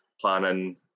planning